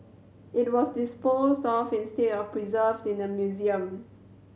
it was disposed of instead of preserved in a museum